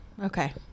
Okay